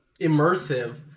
immersive